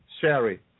sherry